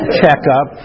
checkup